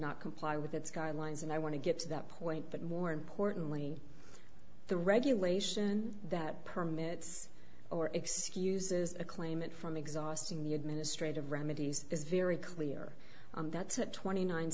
not comply with its guidelines and i want to get to that point but more importantly the regulation that permits or excuses a claimant from exhausting the administrative remedies is very clear that's at twenty nine